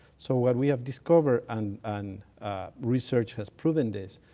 so what we have discovered, and research has proven this,